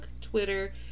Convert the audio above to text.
twitter